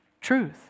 truth